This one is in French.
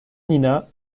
nina